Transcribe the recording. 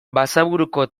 basaburuko